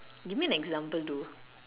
give me an example though